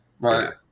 Right